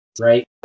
right